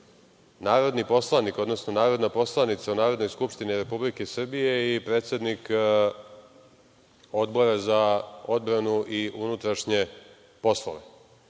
narodni poslanik, odnosno narodna poslanica Narodne skupštine Republike Srbije i predsednik Odbora za odbranu i unutrašnje poslove. Dok